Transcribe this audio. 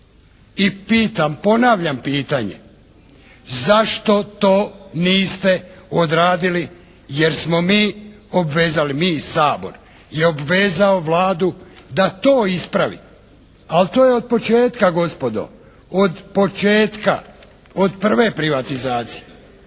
ponavljam pitanje zašto to niste odradili jer smo mi obvezali, mi Sabor je obvezao Vladu da to ispravi, ali to je od početka gospodo, od početka, od prve privatizacije.